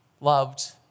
loved